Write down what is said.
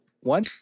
one